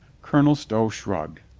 colonel stow shrugged.